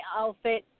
outfit